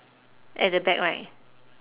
at the back right